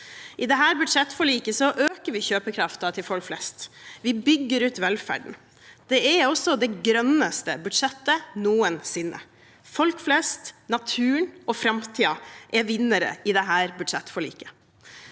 I dette budsjettforliket øker vi kjøpekraften til folk flest. Vi bygger ut velferden. Det er også det grønneste budsjettet noensinne. Folk flest, naturen og framtiden er vinnere i dette budsjettforliket.